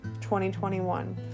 2021